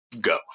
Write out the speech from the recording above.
go